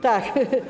Tak.